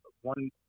one